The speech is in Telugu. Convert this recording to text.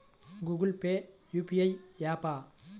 గూగుల్ పే యూ.పీ.ఐ య్యాపా?